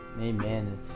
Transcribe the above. amen